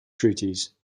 treaties